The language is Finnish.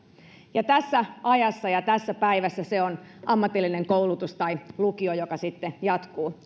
ja tässä ajassa ja tänä päivänä se on ammatillinen koulutus tai lukio joka sitten jatkuu